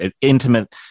intimate